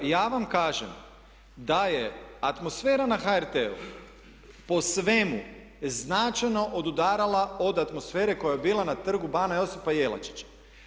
I ja vam kažem da je atmosfera na HRT-u po svemu značajno odudarala od atmosfere koja je bila na Trgu bana Josipa Jelačića.